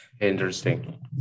Interesting